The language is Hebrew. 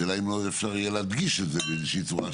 השאלה היא אם אפשר להדגיש את זה באיזושהי צורה.